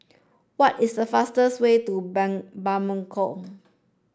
what is the fastest way to Bamako